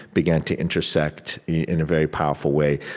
began to intersect in a very powerful way.